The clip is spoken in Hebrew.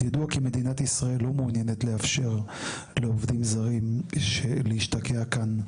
ידוע כי מדינת ישראל לא מעוניינת לאפשר לעובדים זרים להשתקע כאן.